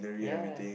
ya